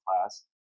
class